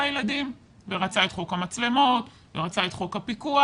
הילדים ורצה את חוק המצלמות ורצה את חוק הפיקוח.